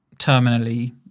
terminally